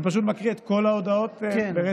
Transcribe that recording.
אני פשוט מקריא את כל ההודעות ברצף.